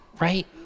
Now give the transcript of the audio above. right